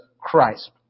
Christ